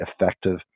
effective